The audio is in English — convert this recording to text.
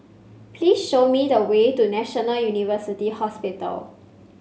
please show me the way to National University Hospital